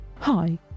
Hi